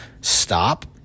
stop